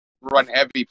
run-heavy